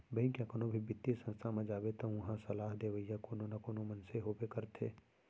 bank या कोनो भी बित्तीय संस्था म जाबे त उहां सलाह देवइया कोनो न कोनो मनसे होबे करथे